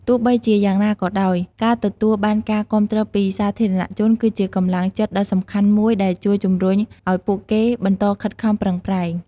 ទោះបីជាយ៉ាងណាក៏ដោយ ការទទួលបានការគាំទ្រពីសាធារណជនគឺជាកម្លាំងចិត្តដ៏សំខាន់មួយដែលជួយជម្រុញឲ្យពួកគេបន្តខិតខំប្រឹងប្រែង។